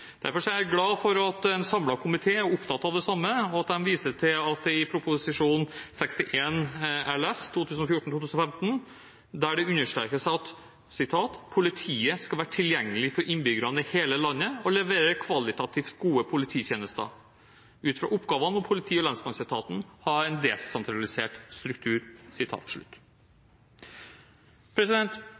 Derfor er jeg glad for at en samlet komité er opptatt av det samme og viser til Prop. 61 LS for 2014–2015, der det understrekes: «Politiet skal være tilgjengelig for innbyggerne i hele landet og levere kvalitativt gode polititjenester. Ut fra oppgavene må politi- og lensmannsetaten ha en desentralisert struktur.»